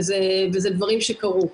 זה דברים שקרו.